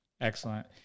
Excellent